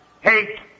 hate